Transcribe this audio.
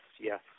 yes